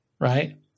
right